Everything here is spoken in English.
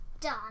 Done